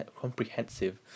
comprehensive